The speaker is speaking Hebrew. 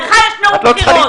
לך יש נאום בחירות.